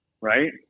right